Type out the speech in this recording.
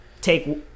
take